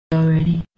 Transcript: already